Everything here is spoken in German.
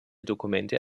dokumente